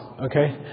okay